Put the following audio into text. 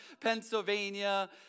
Pennsylvania